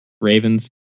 Ravens